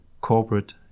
corporate